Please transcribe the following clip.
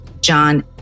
John